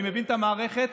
אני מבין את המערכת,